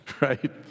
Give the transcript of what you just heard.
Right